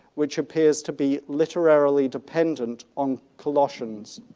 which appears to be literarily dependent on colossians.